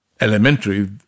elementary